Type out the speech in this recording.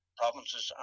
provinces